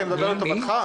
אני מדבר לטובתך.